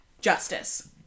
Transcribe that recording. justice